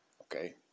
okay